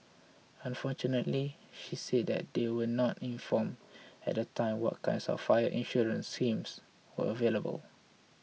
unfortunately she said that they were not informed at the time what kinds of fire insurance schemes were available